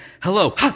Hello